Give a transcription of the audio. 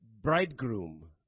bridegroom